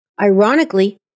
Ironically